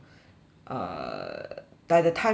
err by the timeline that I